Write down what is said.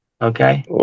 Okay